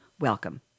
welcome